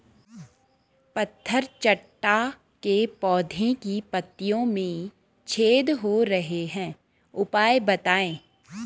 पत्थर चट्टा के पौधें की पत्तियों में छेद हो रहे हैं उपाय बताएं?